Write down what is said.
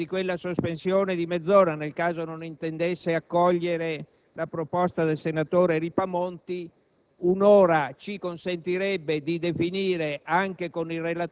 rimasti aperti. Invece di una sospensione di mezz'ora, nel caso non intendesse accogliere la proposta del senatore Ripamonti,